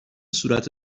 صورت